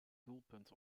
doelpunt